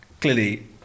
clearly